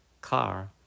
car